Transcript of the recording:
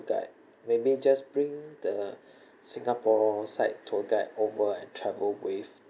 guide maybe just bring the singapore site tour guide over and travel with